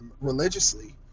religiously